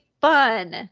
fun